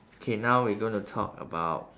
K now we going to talk about